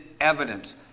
evidence